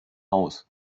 house